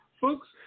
folks